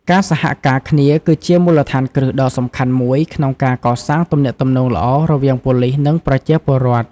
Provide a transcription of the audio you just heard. ការសហការគ្នា គឺជាមូលដ្ឋានគ្រឹះដ៏សំខាន់មួយក្នុងការកសាងទំនាក់ទំនងល្អរវាងប៉ូលីស និងប្រជាពលរដ្ឋ។